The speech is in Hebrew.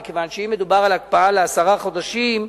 מכיוון שאם מדובר על הקפאה לעשרה חודשים,